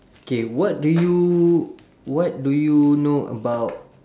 K what do you what do you know about